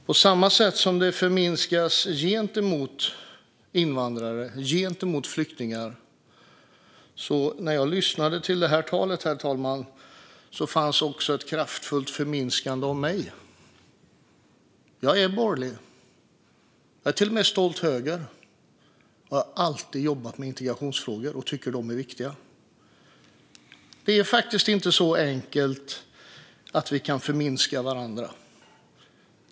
På samma sätt som invandrare och flyktingar förminskas hörde jag, när jag lyssnade till detta tal, herr talman, ett kraftfullt förminskande av mig. Jag är borgerlig. Jag är till och med stolt höger. Jag har alltid jobbat med integrationsfrågor och tycker att de är viktiga. Det är faktiskt inte så enkelt att vi kan förminska varandra.